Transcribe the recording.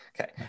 Okay